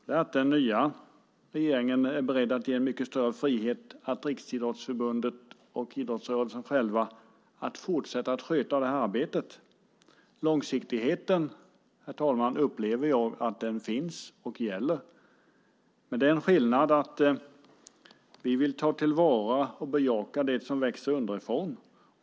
Det är att den nya regeringen är beredd att ge mycket större frihet till Riksidrottsförbundet och idrottsrörelsen själv att fortsätta att sköta det här arbetet. Långsiktigheten upplever jag finns och gäller med den skillnad att vi vill ta till vara och bejaka det som växer underifrån.